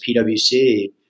PwC